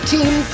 Team